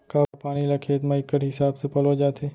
का पानी ला खेत म इक्कड़ हिसाब से पलोय जाथे?